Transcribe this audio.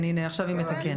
עכשיו היא מתקנת.